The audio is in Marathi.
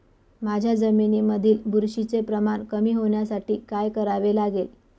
माझ्या जमिनीमधील बुरशीचे प्रमाण कमी होण्यासाठी काय करावे लागेल?